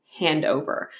handover